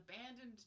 abandoned